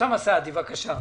אוסאמה סעדי, בבקשה.